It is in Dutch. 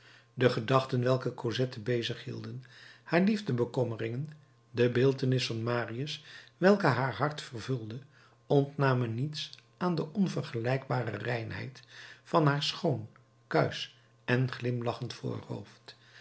de gedachten welke cosette bezig hielden haar liefdebekommeringen de beeltenis van marius welke haar hart vervulde ontnamen niets aan de onvergelijkbare reinheid van haar schoon kuisch en glimlachend voorhoofd